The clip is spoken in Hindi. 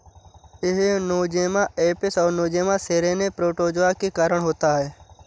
यह नोज़ेमा एपिस और नोज़ेमा सेरेने प्रोटोज़ोआ के कारण होता है